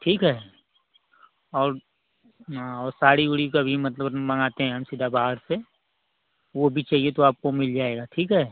ठीक है और और साड़ी ओड़ी का भी मतलब मँगाते हैं हम सीधा बाहर से वह भी चाहिए तो आपको मिल जाएगा ठीक है